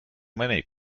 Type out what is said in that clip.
many